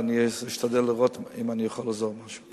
ואני אשתדל לראות אם אני יכול לעזור במשהו.